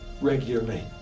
regularly